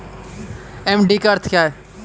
FD का अर्थ क्या है?